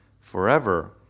forever